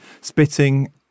Spitting